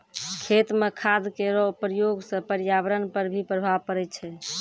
खेत म खाद केरो प्रयोग सँ पर्यावरण पर भी प्रभाव पड़ै छै